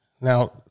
Now